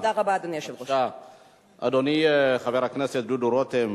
תודה רבה, אדוני היושב-ראש.